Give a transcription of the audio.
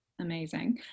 Amazing